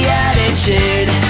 attitude